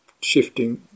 shifting